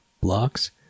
blocks